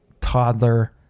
toddler